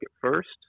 first